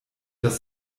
das